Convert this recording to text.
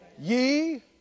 Ye